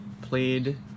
played